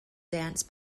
dance